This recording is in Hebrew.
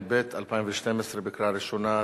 התשע"ב 2012, בקריאה ראשונה.